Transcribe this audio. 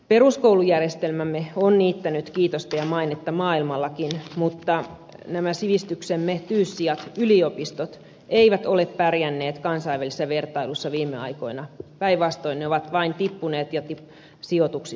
peruskoulujärjestelmämme on niittänyt kiitosta ja mainetta maailmallakin mutta nämä sivistyksemme tyyssijat yliopistot eivät ole pärjänneet kansainvälisessä vertailussa viime aikoina päinvastoin ne ovat vain tippuneet sijoituksissaan